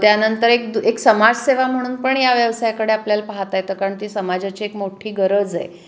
त्यानंतर एक दु एक समाजसेवा म्हणून पण या व्यवसायाकडे आपल्याला पाहता येतं कारण ती समाजाची एक मोठ्ठी गरज आहे